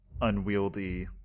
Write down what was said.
unwieldy